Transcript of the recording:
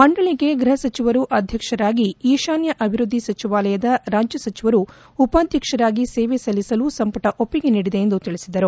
ಮಂಡಳಿಗೆ ಗೃಪ ಸಚಿವರು ಅಧ್ಯಕ್ಷರಾಗಿ ಈಶಾನ್ಯ ಅಭಿವೃದ್ದಿ ಸಚಿವಾಲಯದ ರಾಜ್ಯ ಸಚಿವರು ಉಪಾಧಕ್ಷರಾಗಿ ಸೇವೆ ಸಲ್ಲಿಸಲು ಸಂಪುಟ ಒಪ್ಪಿಗೆ ನೀಡಿದೆ ಎಂದು ತಿಳಿಸಿದರು